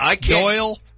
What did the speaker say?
Doyle